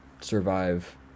survive